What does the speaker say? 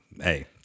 hey